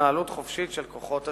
והתנהלות חופשית של כוחות השוק.